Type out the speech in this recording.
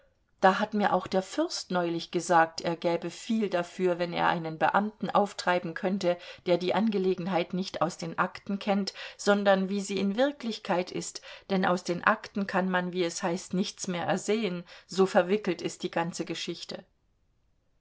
da hat mir auch der fürst neulich gesagt er gäbe viel dafür wenn er einen beamten auftreiben könnte der die angelegenheit nicht aus den akten kennt sondern wie sie in wirklichkeit ist denn aus den akten kann man wie es heißt nichts mehr ersehen so verwickelt ist die ganze geschichte